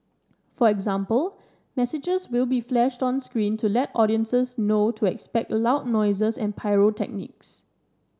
for example messages will be flashed on screen to let audiences know to expect loud noises and pyrotechnics